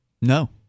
No